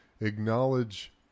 acknowledge